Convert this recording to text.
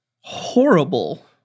horrible